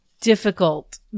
difficult